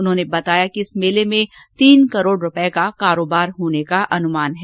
उन्होंने बताया कि इस मेले में तीन करोड़ रूपये का कारोबार होने का अनुमान है